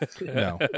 No